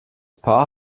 paar